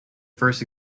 first